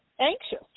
anxious